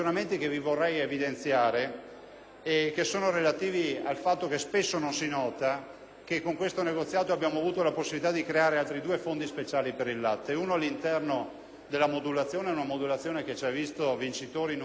considerazioni relative al fatto che spesso non si nota che con questo negoziato abbiamo avuto la possibilità di creare altri due fondi speciali per il latte, uno dei quali all'interno della modulazione che ci ha visto vincitori in un dibattito con il commissario europeo,